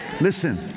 Listen